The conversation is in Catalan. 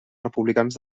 republicans